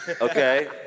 Okay